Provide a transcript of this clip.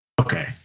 Okay